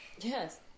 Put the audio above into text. Yes